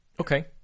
Okay